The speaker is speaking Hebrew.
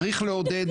צריך לעודד